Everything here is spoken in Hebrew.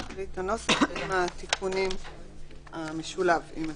נקרא את הנוסח המשולב עם התיקונים.